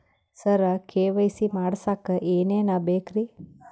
ಸರ KYC ಮಾಡಸಕ್ಕ ಎನೆನ ಬೇಕ್ರಿ?